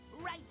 Right